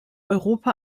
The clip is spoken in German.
europa